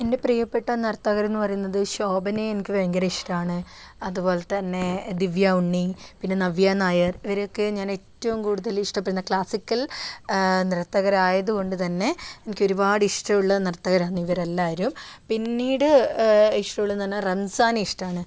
എൻ്റെ പ്രിയപ്പെട്ട നർത്തകരെന്ന് പറയുന്നത് ശോഭനയെ എനിക്ക് ഭയങ്കര ഇഷ്ടമാണ് അതുപോലെ തന്നെ ദിവ്യ ഉണ്ണി പിന്നെ നവ്യ നായർ ഇവരെയൊക്കെ ഞാൻ ഏറ്റവും കൂടുതൽ ഇഷ്ടപ്പെടുന്ന ക്ലാസിക്കൽ നൃത്തകർ ആയത് കൊണ്ട് തന്നെ എനിക്ക് ഒരുപാട് ഇഷ്ടമുള്ള നൃത്തകരാണ് ഇവരെല്ലാവരും പിന്നീട് ഇഷ്ടമുള്ളതെന്ന് പറഞ്ഞാൽ റംസാനെ ഇഷ്ടമാണ്